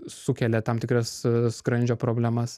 sukelia tam tikras skrandžio problemas